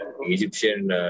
Egyptian